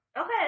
Okay